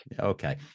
okay